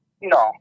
No